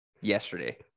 yesterday